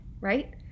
right